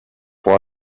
what